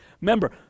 Remember